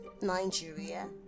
Nigeria